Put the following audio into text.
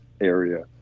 area